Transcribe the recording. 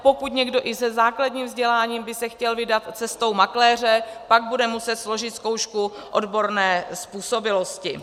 Pokud někdo i se základním vzděláním by se chtěl vydat cestou makléře, pak bude muset složit zkoušku odborné způsobilosti.